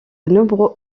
nombreux